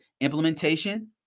implementation